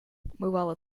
бывало